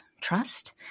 trust